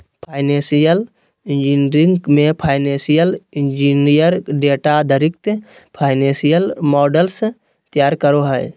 financial engineering मे financial engineer data आधारित financial models तैयार करो हय